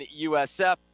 USF